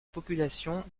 population